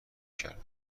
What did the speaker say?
کردم